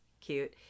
cute